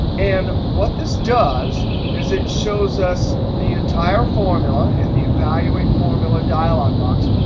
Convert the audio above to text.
and what this does is it shows us the entire formula in the evaluate formula dialog box,